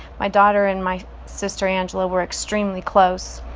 my daughter and my sister angela were extremely close.